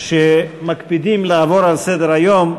שמקפידים לעבור על סדר-היום,